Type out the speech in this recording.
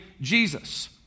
Jesus